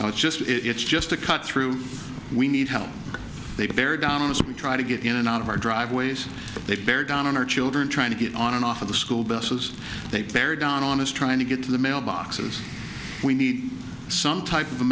and it's just it's just to cut through we need help they bear down on us of trying to get in and out of our driveways they bear down on our children trying to get on and off of the school busses they bear down on is trying to get to the mailboxes we need some type of a